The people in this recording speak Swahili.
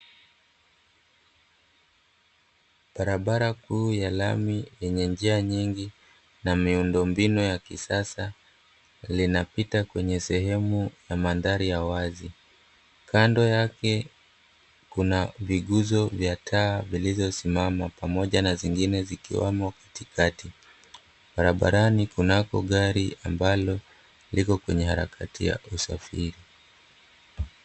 Barabara kuu ya lami, yenye njia nyingi na miundombinu ya kisasa, linapita kwenye sehemu ya mandhari ya wazi. Kando yake kuna viguzo vya taa zilizosimama pamoja na zingine zikiwemo katikati. Barabarani kunako gari ambalo liko kwenye harakati ya usafiri.